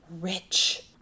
rich